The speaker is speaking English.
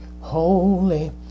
holy